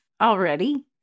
already